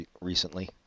recently